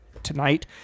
tonight